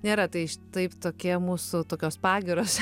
nėra tai štai tokie mūsų tokios pagyros